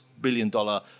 billion-dollar